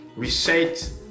Reset